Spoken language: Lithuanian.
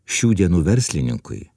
šių dienų verslininkui